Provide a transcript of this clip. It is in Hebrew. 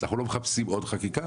אנחנו לא מחפשים עוד חקיקה,